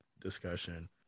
discussion